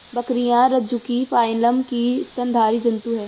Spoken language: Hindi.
बकरियाँ रज्जुकी फाइलम की स्तनधारी जन्तु है